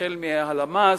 החל מהלשכה המרכזית לסטטיסטיקה,